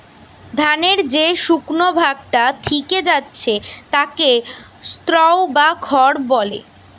ধানের যে শুকনো ভাগটা থিকে যাচ্ছে তাকে স্ত্রও বা খড় বলে